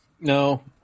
no